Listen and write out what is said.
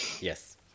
Yes